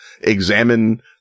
examine